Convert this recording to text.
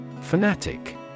Fanatic